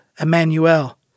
Emmanuel